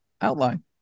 outline